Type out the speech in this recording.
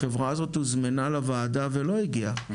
החברה הזאת הוזמנה לוועדה ולא הגיעה.